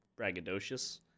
braggadocious